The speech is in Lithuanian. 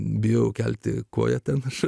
bijo kelti koją tam aš